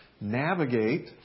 navigate